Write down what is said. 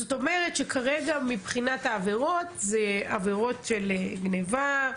זאת אומרת שכרגע מבחינת העבירות זה עבירות של גניבה.